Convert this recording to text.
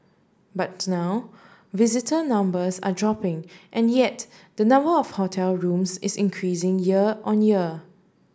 but now visitor numbers are dropping and yet the number of hotel rooms is increasing year on year